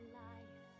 life